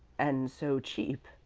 and so cheap,